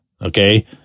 okay